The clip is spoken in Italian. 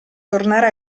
tornare